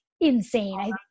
insane